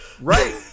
right